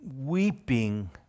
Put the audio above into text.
weeping